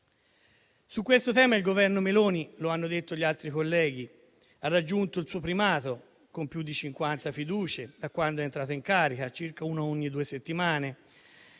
Su questo tema il Governo Meloni - lo hanno detto gli altri colleghi - ha raggiunto il suo primato, con più di 50 fiducie da quando è entrato in carica (circa uno ogni due settimane),